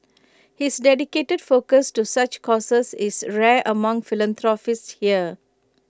his dedicated focus to such causes is rare among philanthropists here